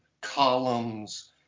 columns